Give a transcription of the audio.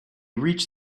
reached